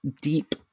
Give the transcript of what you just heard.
deep